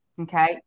okay